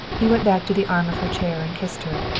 he went back to the arm of her chair and kissed her.